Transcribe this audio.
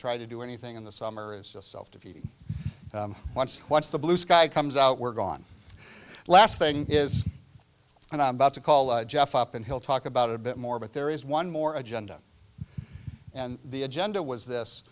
try to do anything in the summer is a self defeating once what's the blue sky comes out were gone last thing is and i'm about to call jeff up and he'll talk about it a bit more but there is one more agenda and the agenda was this